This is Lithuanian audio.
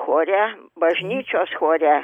chore bažnyčios chore